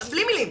בלי מילים.